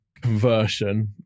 Conversion